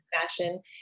fashion